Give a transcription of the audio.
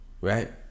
Right